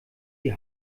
die